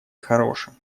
хорошим